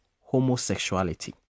homosexuality